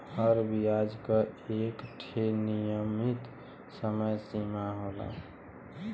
हर बियाज क एक ठे नियमित समय सीमा होला